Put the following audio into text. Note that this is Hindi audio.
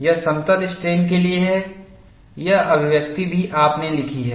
यह समतल स्ट्रेन के लिए है यह अभिव्यक्ति भी आपने लिखी है